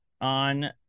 on